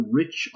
rich